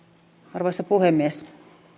arvoisa puhemies